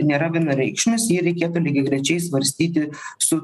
nėra vienareikšmis jį reikėtų lygiagrečiai svarstyti su